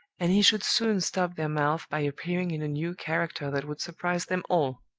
and he should soon stop their mouths by appearing in a new character that would surprise them all.